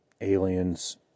aliens